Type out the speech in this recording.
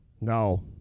No